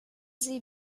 sie